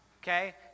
okay